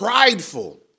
prideful